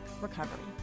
recovery